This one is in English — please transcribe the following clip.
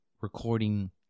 recording